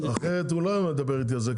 אחרת הוא לא היה מדבר איתי על זה.